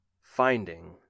Finding